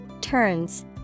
turns